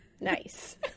Nice